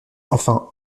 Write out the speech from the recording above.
enfin